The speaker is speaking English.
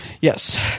yes